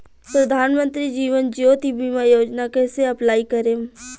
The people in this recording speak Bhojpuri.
प्रधानमंत्री जीवन ज्योति बीमा योजना कैसे अप्लाई करेम?